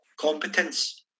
competence